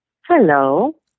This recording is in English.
Hello